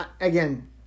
again